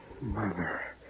Mother